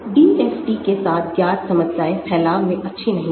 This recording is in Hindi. DFT के साथ ज्ञात समस्याएं फैलाव में अच्छी नहीं हैं